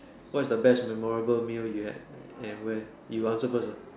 what is the best memorable meal you had and where you answer first uh